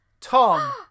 tom